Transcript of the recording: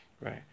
right